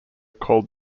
called